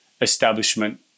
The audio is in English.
establishment